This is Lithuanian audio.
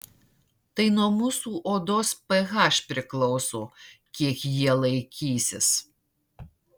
tai nuo mūsų odos ph priklauso kiek jie laikysis